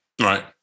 right